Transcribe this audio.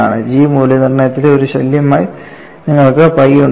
G മൂല്യനിർണ്ണയത്തിലെ ഒരു ശല്യമായി നിങ്ങൾക്ക് പൈ ഉണ്ടായിരുന്നു